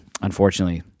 Unfortunately